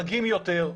מגיעים יותר.